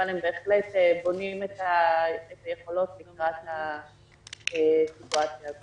אבל הם בהחלט בונים את היכולות לקראת הסיטואציה הזו.